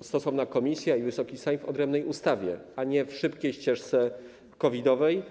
stosowna komisja i Wysoki Sejm w odrębnej ustawie, a nie na szybkiej ścieżce COVID-owej.